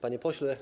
Panie Pośle!